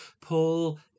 Paul